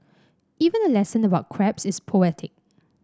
even a lesson about crabs is poetic